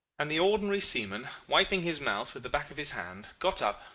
and the ordinary seaman, wiping his mouth with the back of his hand, got up,